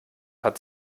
hat